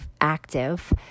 active